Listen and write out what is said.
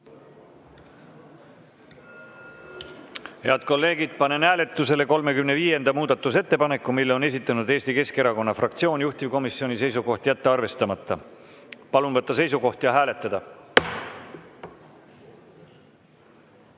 Head kolleegid, panen hääletusele 35. muudatusettepaneku. Selle on esitanud Eesti Keskerakonna fraktsioon. Juhtivkomisjoni seisukoht on jätta arvestamata. Palun võtta seisukoht ja hääletada!